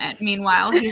Meanwhile